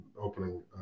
opening